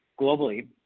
globally